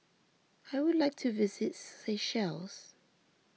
I would like to visit Seychelles